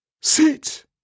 Sit